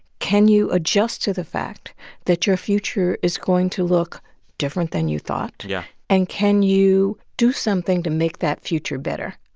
can you adjust to the fact that your future is going to look different than you thought? yeah and can you do something to make that future better?